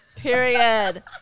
Period